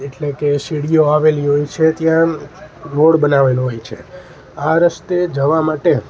એટલે કે સીડીઓ આવેલી હોય છે ત્યાં રોડ બનાવેલો હોય છે આ રસ્તે જવા માટે